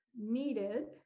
needed